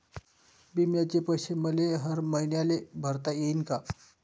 बिम्याचे पैसे मले हर मईन्याले भरता येईन का?